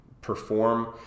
perform